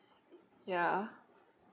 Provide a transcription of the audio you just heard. ya